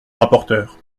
rapporteure